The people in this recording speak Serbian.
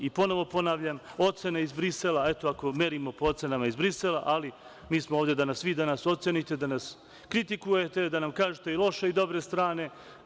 Ponovo ponavljam, ocena iz Brisela, eto, ako merimo po ocenama iz Brisela, ali mi smo ovde da nas vi ocenite, da nas kritikujete, da nam kažete i loše i dobre strane.